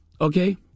okay